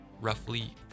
roughly